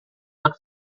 der